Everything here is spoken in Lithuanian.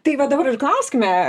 tai va dabar ir klauskime